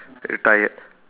very tired